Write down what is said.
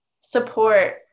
support